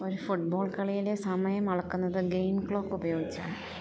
ഒരു ഫുട്ബോൾ കളിയിലെ സമയം അളക്കുന്നത് ഗെയിം ക്ലോക്ക് ഉപയോഗിച്ചാണ്